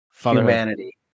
humanity